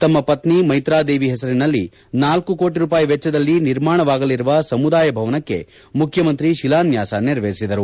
ತಮ್ಮ ಪತ್ನಿ ಮೈತಾದೇವಿ ಹೆಸರಿನಲ್ಲಿ ನಾಲ್ಕು ಕೋಟ ರೂಪಾಯಿ ವೆಚ್ವದಲ್ಲಿ ನಿರ್ಮಾಣವಾಗಲಿರುವ ಸಮುದಾಯ ಭವನಕ್ಕೆ ಮುಖ್ಯಮಂತ್ರಿ ಶಿಲಾನ್ಯಾಸ ನೆರವೇರಿಸಿದರು